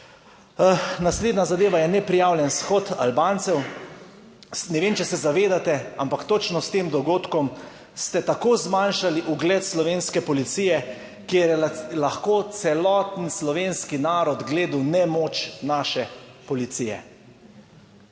Naslednja zadeva je neprijavljen shod Albancev. Ne vem, če se zavedate, ampak točno s tem dogodkom ste tako zmanjšali ugled slovenske policije, kjer je lahko celoten slovenski narod gledal nemoč naše policije.